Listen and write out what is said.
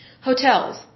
hotels